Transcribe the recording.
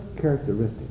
characteristic